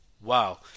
Wow